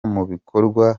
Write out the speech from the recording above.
mubikorwa